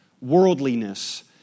worldliness